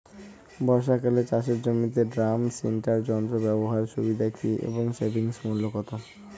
বর্ষাকালে চাষের জমিতে ড্রাম সিডার যন্ত্র ব্যবহারের সুবিধা কী এবং সেটির মূল্য কত?